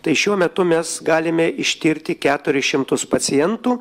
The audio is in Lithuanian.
tai šiuo metu mes galime ištirti keturis šimtus pacientų